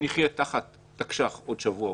שנחייה תחת תקש"ח עוד שבוע,